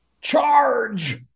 Charge